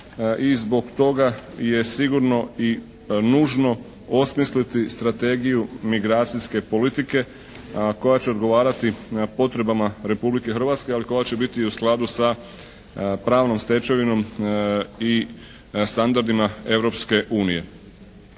zbog toga je sigurno i nužno osmisliti i strategiju migracijske politike a koja će odgovarati potrebama Republike Hrvatske, ali koja će biti i u skladu sa pravnom stečevinom i standardima